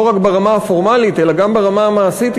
לא רק ברמה הפורמלית אלא גם ברמה המעשית,